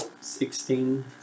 Sixteen